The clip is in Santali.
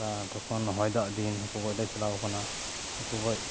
ᱛᱚᱠᱷᱚᱱ ᱦᱚᱭ ᱫᱟᱜ ᱫᱤᱱ ᱦᱟᱹᱠᱩ ᱜᱚᱡ ᱞᱮ ᱪᱟᱞᱟᱣ ᱟᱠᱟᱱᱟ ᱦᱟᱹᱠᱩ ᱜᱚᱡ